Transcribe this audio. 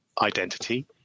identity